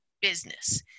business